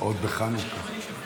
ועוד בחנוכה.